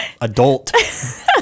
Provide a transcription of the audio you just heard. adult